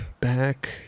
Back